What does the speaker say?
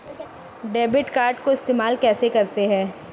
Debit card को इस्तेमाल कैसे करते हैं?